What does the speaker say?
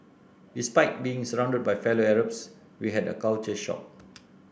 despite being surrounded by fellow Arabs we had a culture shock